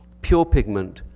pure pigment,